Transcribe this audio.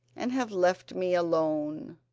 and have left me alone!